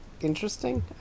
interesting